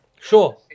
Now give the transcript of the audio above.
Sure